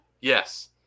Yes